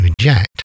reject